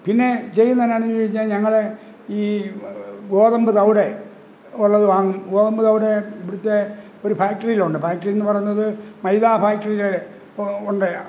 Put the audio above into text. പിന്നെ ചെയ്യുന്ന എന്നാന്ന് ചോദിച്ചാൽ ഞങ്ങള് ഈ ഗോതമ്പ് തവിട് ഉളളത് വാങ്ങി ഗോതമ്പ് തവിട് ഇവിടുത്തെ ഒരു ഫാക്റ്ററിയിലുണ്ട് ഫാക്ടറി എന്ന് പറയുന്നത് മൈദാ ഫാക്ടറിയില് ഉണ്ട്